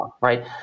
right